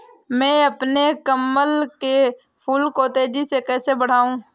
मैं अपने कमल के फूल को तेजी से कैसे बढाऊं?